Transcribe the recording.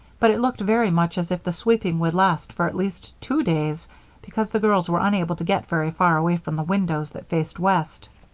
but it looked very much as if the sweeping would last for at least two days because the girls were unable to get very far away from the windows that faced west.